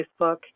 Facebook